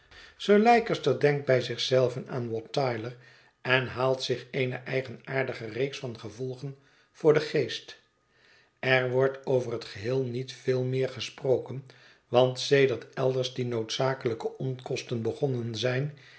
sir leicester denkt bij zich zelven aan wat tyler en haalt zich eene eigenaardige reeks van gevolgen voor den geest er wordt over het geheel niet veel meer gesproken want sedert elders die noodzakelijke onkosten begonnen zijn